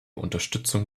unterstützung